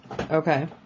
okay